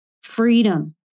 Freedom